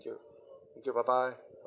thank you bye bye